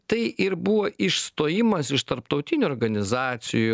tai ir buvo išstojimas iš tarptautinių organizacijų